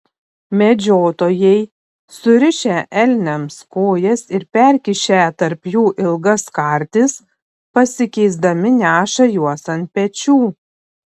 medžiotojai surišę elniams kojas ir perkišę tarp jų ilgas kartis pasikeisdami neša juos ant pečių